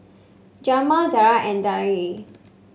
Jermain Darl and